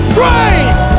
praise